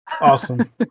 awesome